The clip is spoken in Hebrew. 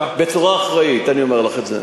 בצורה אחראית אני אומר לך את זה.